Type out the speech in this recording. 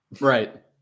Right